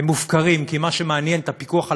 הם מופקרים כי מה שמעניין את הפיקוח על